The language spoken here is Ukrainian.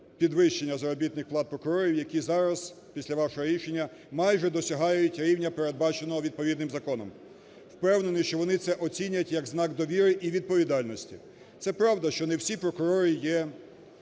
підвищення заробітних плат прокурорів, які зараз, після вашого рішення, майже досягають рівня, передбаченого відповідним законом. Впевнений, що вони це оцінять як знак довіри і відповідальності. Це правда, що не всі прокурори є